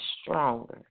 stronger